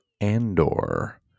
andor